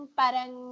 parang